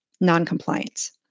Noncompliance